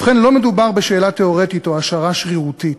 ובכן, לא מדובר בשאלה תיאורטית או השערה שרירותית,